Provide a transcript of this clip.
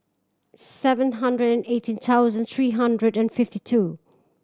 seven hundred eighteen thousand three hundred and fifty two